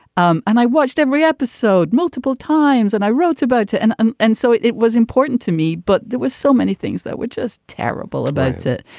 um and i watched every episode multiple times and i wrote about it. and um and so it it was important to me. but there was so many things that were just terrible about it.